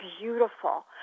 beautiful